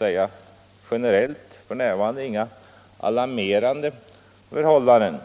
råder generellt inte några alarmerande förhållanden på jordbruksområdet.